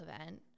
event